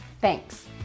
Thanks